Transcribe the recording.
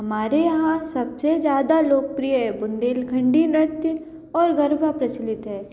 हमारे यहाँ सबसे ज़्यादा लोकप्रिय है बुंदेलखंडी नृत्य और गरबा प्रचलित है